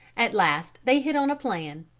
at last they hit on a plan.